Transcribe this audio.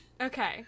Okay